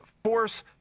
force